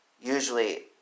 Usually